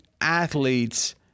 athletes